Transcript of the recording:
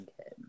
Okay